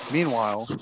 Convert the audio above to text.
Meanwhile